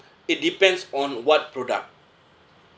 it depends on what product